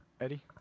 Eddie